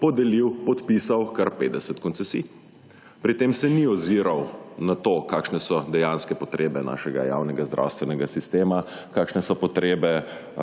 podelil, podpisal kar 50 koncesij. Pri tem se ni oziral na to, kakšne so dejanske potrebe našega javnega zdravstvenega sistema, kakšne so potrebe